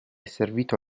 servito